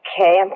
Okay